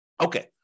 Okay